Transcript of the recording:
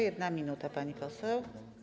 1 minuta, pani poseł.